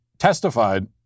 Testified